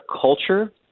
culture